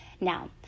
Now